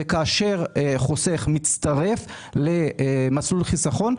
וכאשר חוסך מצטרף למסלול חיסכון,